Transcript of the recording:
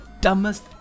dumbest